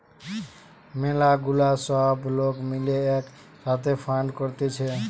ম্যালা গুলা সব লোক মিলে এক সাথে ফান্ড করতিছে